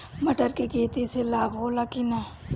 मटर के खेती से लाभ होला कि न?